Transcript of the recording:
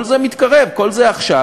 כל זה מתקרב, כל זה עכשיו.